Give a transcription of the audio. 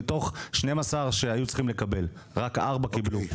מתוך 12 שהיו צריכות לקבל רק 4 קיבלו.